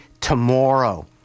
tomorrow